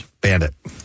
Bandit